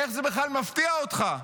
איך זה בכלל מפתיע אותך?